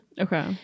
okay